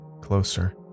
closer